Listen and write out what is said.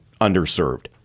underserved